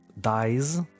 dies